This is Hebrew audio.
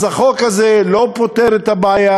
אז החוק הזה לא פותר את הבעיה,